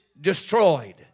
destroyed